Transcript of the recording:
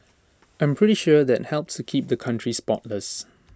I'm pretty sure that helps keep the country spotless